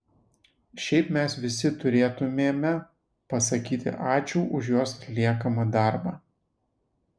šiaip mes visi turėtumėme pasakyti ačiū už jos atliekamą darbą